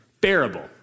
Bearable